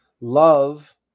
Love